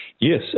Yes